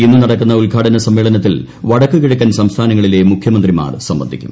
ഇന്ന് നടക്കുന്ന ഉദ്ഘാടന സമ്മേളനത്തിൽ വടക്കു കിഴക്കൻ സംസ്ഥാനങ്ങളിലെ മുഖ്യമന്ത്രിമാർ സംബന്ധിക്കും